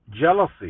jealousy